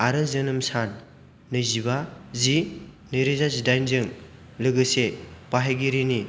आरो जोनोम सान नैजिबा जि नैरोजा जिदाइनजों लोगोसे बाहायगिरिनि